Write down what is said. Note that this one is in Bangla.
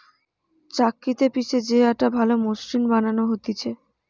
চাক্কিতে পিষে যে আটা ভালো মসৃণ বানানো হতিছে